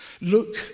Look